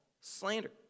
slander